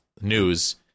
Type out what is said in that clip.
news